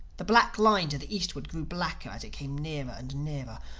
the black line to the eastward grew blacker as it came nearer and nearer.